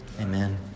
Amen